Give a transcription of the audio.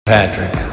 Patrick